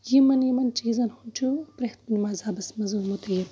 یِمن یِمن چیٖزَن ہُند چھُ پرٛٮ۪تھ مَزہبَس منٛز